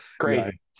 Crazy